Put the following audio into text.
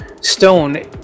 stone